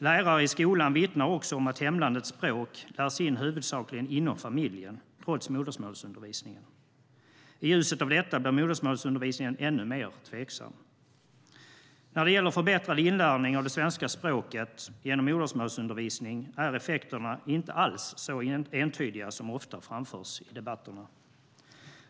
Lärare i skolan vittnar också om att hemlandets språk huvudsakligen lärs in inom familjen, trots modersmålsundervisningen. I ljuset av detta blir modersmålsundervisningen ännu mer tveksam. När det gäller förbättrad inlärning av det svenska språket genom modersmålsundervisning är effekterna inte alls så entydiga som ofta framförs i debatten.